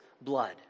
blood